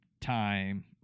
time